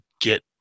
get